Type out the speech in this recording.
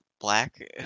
Black